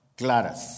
claras